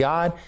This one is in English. God